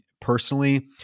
personally